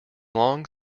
long